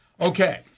Okay